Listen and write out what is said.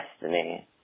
destiny